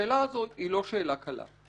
השאלה הזאת לא שאלה קלה.